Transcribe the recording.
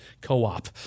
co-op